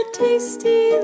tasty